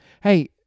Hey